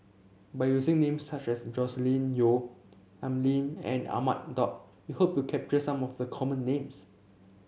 by using names such as Joscelin Yeo Al Lim and Ahmad Daud we hope to capture some of the common names